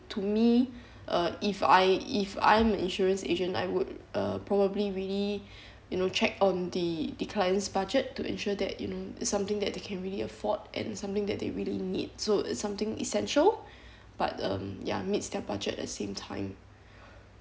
to me uh if I if I'm an insurance agent I would uh probably really you know check on the the client's budget to ensure that you know something that they can really afford and something that they really need so something essential but um ya meets their budget at same time